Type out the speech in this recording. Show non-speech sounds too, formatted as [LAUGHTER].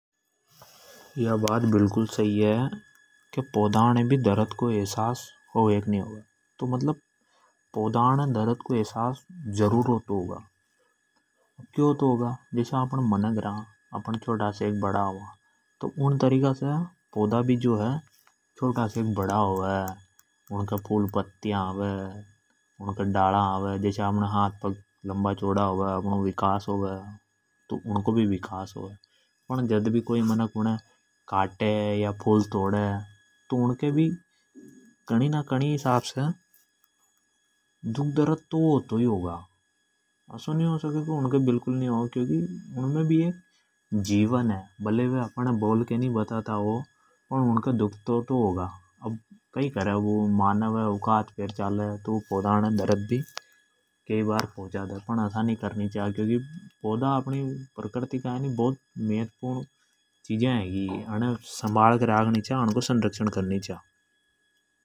या बात बिल्कुल सही है की पोधा ने भी भी दरद को अहसास जरूर होतो होगा। अपनी तरह ही पोधा छोटा से बड़ा होवे। उनके फूल पत्या आवे अपने हाथ पगा की तरह। भी उनके डाला आवे उनको विकास होवे। फण जद भी कोई मनक उने काटे। फूल तोड़े तो उनके भी दर्द तो हो तो ही होगा। भले ही वे अपण बोल की नि बताता हो पर उनके दुःख तो तो होगा। उनमे भी जीवन है कई करे वु मानव है ऊँ का भी हाथ पेर चले तो पोधा ने दर्द भी पोचा दे। फन असा नि करणी छा क्योंकि पोधा भी प्रक्रिती को अंग है। [NOISE] अने संभाल के रखनी चा संरक्षण करनी चा।